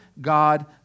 god